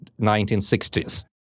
1960s